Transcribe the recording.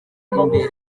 imbere